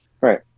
Right